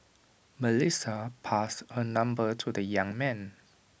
Melissa passed her number to the young man